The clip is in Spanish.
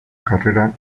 carrera